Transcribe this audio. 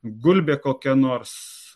gulbė kokia nors